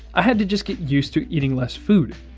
i had to just get used to eating less food.